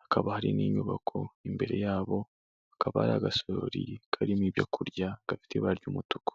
hakaba hari n'inyubako, imbere yabo hakaba hari agasori karimo ibyo kurya gafite ibara ry'umutuku.